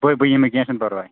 بہٕ بہٕ یِمہٕ کینٛہہ چھُنہٕ پرواے